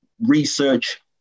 research